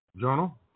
Journal